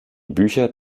bücher